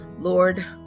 Lord